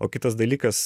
o kitas dalykas